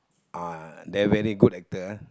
uh they're very good actor ah